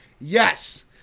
Yes